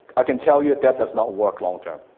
i can tell you that does not work long-term,